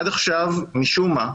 עד עכשיו, משום מה,